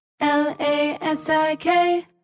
L-A-S-I-K